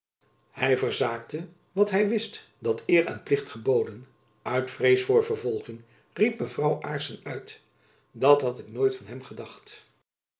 hy verzaakte wat hy wist dat eer en plicht geboden uit vrees voor vervolging riep mevrouw aarssen uit dat had ik nooit van hem gedacht